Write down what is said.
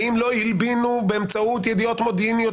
האם לא הלבינו באמצעות ידיעות מודיעיניות